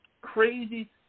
crazy